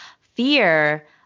fear